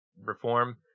reform